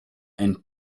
and